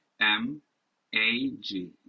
M-A-G